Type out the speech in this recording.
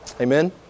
Amen